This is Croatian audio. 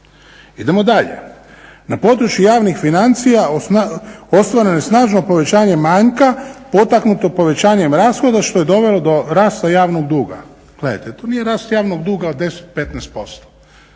Idemo dalje. Na području javnih financija ostvareno je snažno povećanje manjka potaknuto povećanjem rashoda što je dovelo do rasta javnog duga. Gledajte, to nije rast javnog duga od